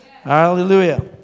Hallelujah